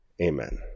Amen